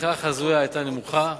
הצמיחה החזויה היתה נמוכה,